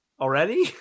already